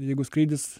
jeigu skrydis